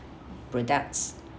products